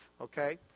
okay